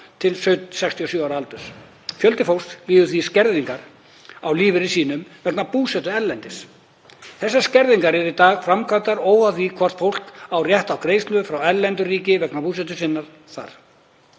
og 67 ára aldurs. Fjöldi fólks líður því skerðingar á lífeyri sínum vegna búsetu erlendis. Þessar skerðingar eru í dag framkvæmdar óháð því hvort fólk á rétt á greiðslum frá erlendu ríki vegna búsetu sinnar þar.